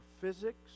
physics